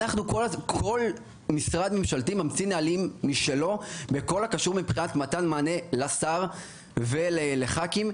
כל משרד ממשלתי ממציא נהלים משלו בכל הקשור למתן מענה לשר ולחברי הכנסת,